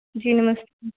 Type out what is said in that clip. जी नमस्कार